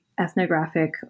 ethnographic